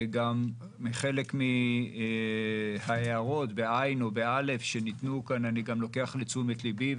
חלק מההערות ומההארות שניתנו כאן אני גם לוקח לתשומת לבי,